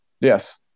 Yes